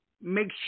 make